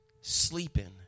Sleeping